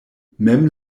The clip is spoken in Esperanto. mem